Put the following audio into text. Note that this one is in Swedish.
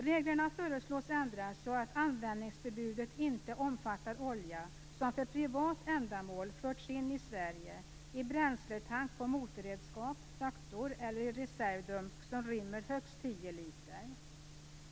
Reglerna föreslås ändras så att användningsförbudet inte omfattar olja som för privat ändamål förts in i Sverige i bränsletank på motorredskap, traktor eller i reservdunk som rymmer högst tio liter.